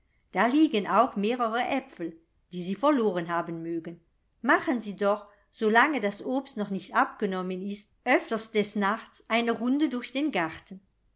da liegen auch mehrere aepfel die sie verloren haben mögen machen sie doch solange das obst noch nicht abgenommen ist öfters des nachts eine runde durch den garten